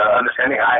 understanding